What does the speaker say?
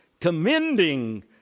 commending